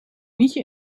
nietje